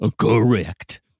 correct